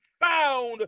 found